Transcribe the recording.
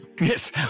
Yes